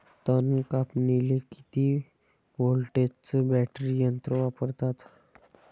तन कापनीले किती व्होल्टचं बॅटरी यंत्र वापरतात?